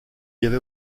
avait